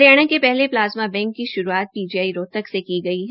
हरियाणा के पहले plasma bank की श्रूआत पीजीआई रोहतक से की गई है